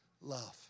love